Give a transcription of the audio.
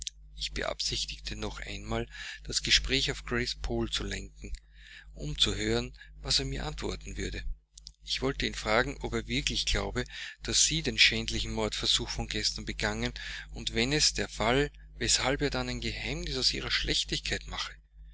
ich beabsichtigte noch einmal das gespräch auf grace poole zu lenken um zu hören was er mir antworten würde ich wollte ihn fragen ob er wirklich glaube daß sie den schändlichen mordversuch von gestern abend begangen und wenn es der fall weshalb er dann ein geheimnis aus ihrer schlechtigkeit mache